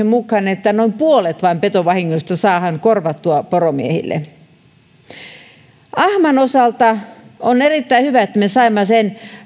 mukaan että vain noin puolet petovahingoista saadaan korvattua poromiehille ahman osalta on erittäin hyvä että me saimme sen